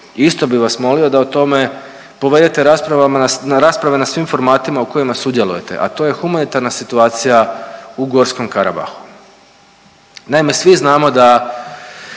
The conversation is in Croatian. isto bi vas molimo da o tome povedete rasprave na svim formatima u kojima sudjelujete, a to je humanitarna situacija u Gorskom Karabahu. Naime, svi znamo da